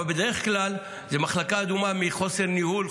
אבל בדרך כלל זו מחלקה אדומה מחוסר ניהול.